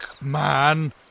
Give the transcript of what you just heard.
man